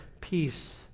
peace